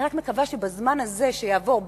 אני רק מקווה שבזמן הזה שיעבור,